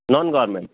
non government